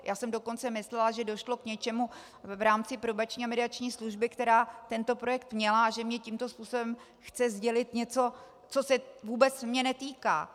Já jsem dokonce myslela, že došlo k něčemu v rámci Probační a mediační služby, která tento projekt měla, a že mě tímto způsobem chce sdělit něco, co se vůbec mě netýká.